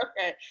Okay